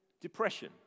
depression